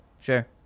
Sure